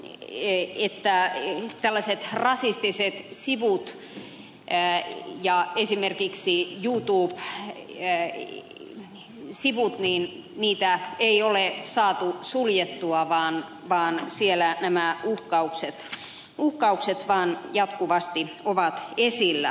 leikittää ja leseet rasistisen että tällaisia rasistisia sivuja esimerkiksi youtube sivuja ei ole saatu suljettua vaan siellä nämä uhkaukset vaan jatkuvasti ovat esillä